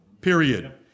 period